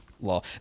law